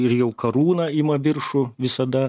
ir jau karūna ima viršų visada